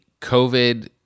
COVID